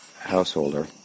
householder